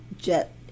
Jet